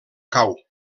cau